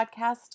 Podcast